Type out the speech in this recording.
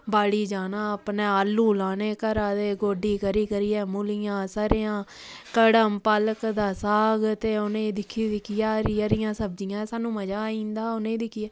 बाड़ी जाना अपने आलू लाने घरै दे गोड्डी करी करियै मूलियां स'रेआं कड़म पालक दा साग ते उ'नें गी दिक्खी दिक्खियै हरी हरियां सब्जियां सानूं मजा आई जंदा हा उ'नें गी दिक्खियै